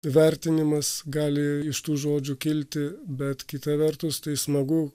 vertinimas gali iš tų žodžių kilti bet kita vertus tai smagu